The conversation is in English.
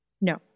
No